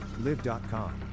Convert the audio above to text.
Live.com